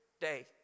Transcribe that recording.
day